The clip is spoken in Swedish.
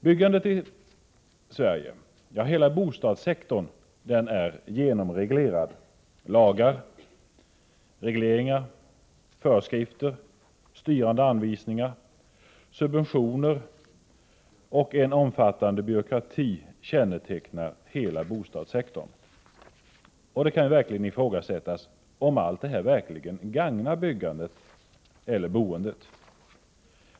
Byggandet i Sverige — ja, hela bostadssektorn — är genomreglerad. Lagar, regleringar, föreskrifter, styrande anvisningar, subventioner och en omfattande byråkrati kännetecknar hela bostadssektorn. Det kan verkligen ifrågasättas om allt detta verkligen gagnar byggandet eller boendet.